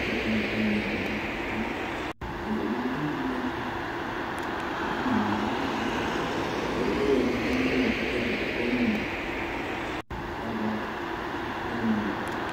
Te peke enang balamo teng, lepo meke te nikanoke, enang blako, te we lowena tang ule leli otoko te konumo, awa enang bawai,